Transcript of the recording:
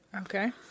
Okay